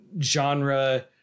genre